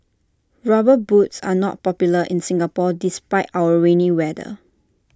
rubber boots are not popular in Singapore despite our rainy weather